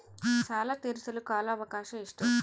ಸಾಲ ತೇರಿಸಲು ಕಾಲ ಅವಕಾಶ ಎಷ್ಟು?